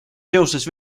seoses